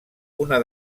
una